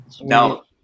Now